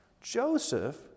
Joseph